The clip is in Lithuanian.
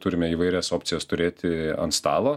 turime įvairias opcijas turėti ant stalo